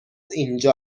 اینجا